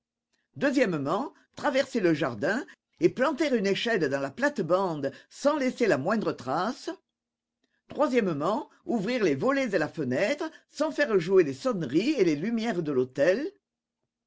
traverser le jardin et planter une échelle dans la plate-bande sans laisser la moindre trace ouvrir les volets et la fenêtre sans faire jouer les sonneries et les lumières de l'hôtel